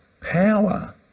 power